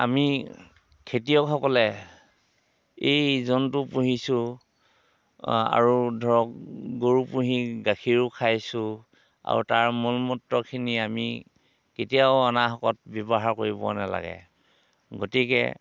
আমি খেতিয়কসকলে এই জন্তু পুহিছোঁ আৰু ধৰক গৰু পুহি গাখীৰো খাইছোঁ আৰু তাৰ মলমূত্ৰখিনি আমি কেতিয়াও অনাহকত ব্যৱহাৰ কৰিব নালাগে গতিকে